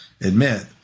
admit